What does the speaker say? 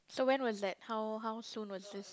so when was that how how soon was this